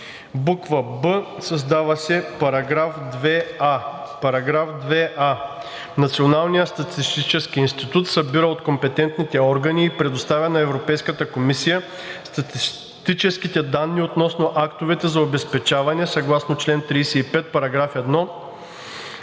б) създава се § 2а: „§ 2а. Националният статистически институт събира от компетентните органи и предоставя на Европейската комисия статистическите данни относно актовете за обезпечаване съгласно чл. 35, параграф 1